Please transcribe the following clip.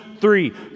three